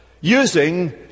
using